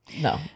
no